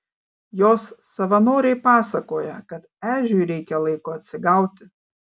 jos savanoriai pasakoja kad ežiui reikia laiko atsigauti